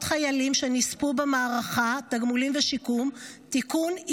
חיילים שנספו במערכה (תגמולים ושיקום) (תיקון,